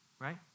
right